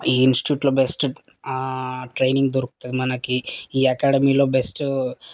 ఈ ఇన్స్టిట్యూట్లో best training దొరుకుతతుంది మనకి ఈ ఎకాడమీలో బెస్ట్